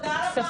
תודה רבה.